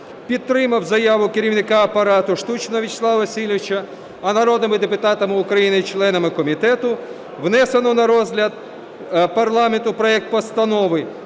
підтримав заяву Керівника Апарату Штучного Вячеслава Васильовича, а народними депутатами України, членами комітету, внесено на розгляду парламенту проект Постанови